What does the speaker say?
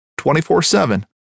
24-7